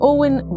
Owen